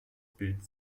bilden